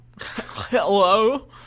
Hello